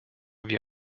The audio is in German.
wie